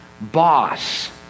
boss